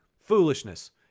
Foolishness